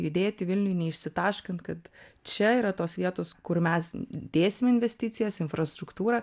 judėti vilniuj neišsitaškant kad čia yra tos vietos kur mes dėsim investicijas infrastruktūrą